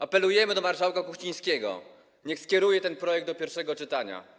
Apelujemy do marszałka Kuchcińskiego, niech skieruje ten projekt do pierwszego czytania.